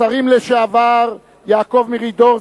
השרים לשעבר יעקב מרידור,